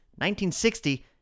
1960